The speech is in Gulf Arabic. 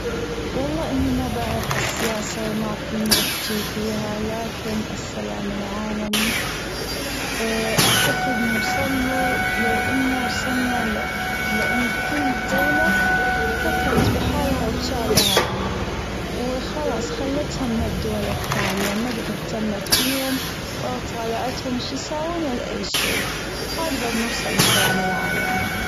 والله أني مابعرف بالسياسة وما فيني أحجي فيها لكن السلام العالمي أعتقد نوصله لو أنا وصلنا لأ-لأن كل دولة فكرت في حالها وشعبها وخلاص خليتها من الدول الثانية ما جد أهتمت فيهم ولا طالعتهم شو يساون ولا أي شي هكذا بنوصل للسلام العالمي.